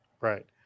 Right